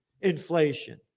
inflation